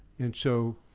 and so,